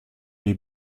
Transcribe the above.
les